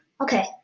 Okay